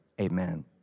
amen